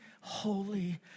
holy